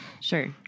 Sure